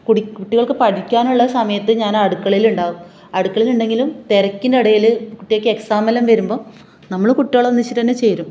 കുടി കുട്ടികൾക്ക് പഠിക്കാനുള്ള സമയത്ത് ഞാൻ അടുക്കളയിൽ ഉണ്ടാവും അടുക്കളയിൽ ഉണ്ടെങ്കിലും തിരക്കിനിടയിൽ കുട്ടികൾക്ക് എക്സാം എല്ലാം വരുമ്പോൾ നമ്മൾ കുട്ടികളൊന്നിച്ചിട്ട് തന്നെ ചേരും